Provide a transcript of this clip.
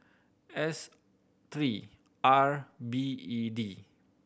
S three R B E D